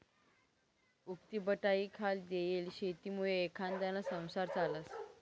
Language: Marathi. उक्तीबटाईखाल देयेल शेतीमुये एखांदाना संसार चालस